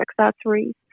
accessories